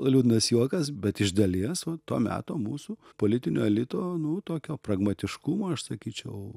liūdnas juokas bet iš dalies va to meto mūsų politinio elito nu tokio pragmatiškumo aš sakyčiau